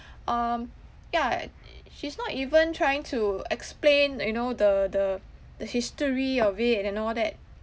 um yeah she's not even trying to explain you know the the the history of it and all that